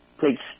takes